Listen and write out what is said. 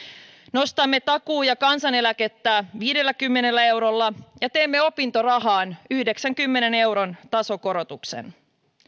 nostamme takuu ja kansaneläkettä viidelläkymmenellä eurolla ja teemme opintorahaan yhdeksänkymmenen euron tasokorotuksen